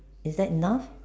is that enough